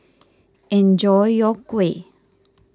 enjoy your Kuih